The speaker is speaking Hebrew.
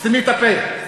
סתמי ת'פה.